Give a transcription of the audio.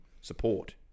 support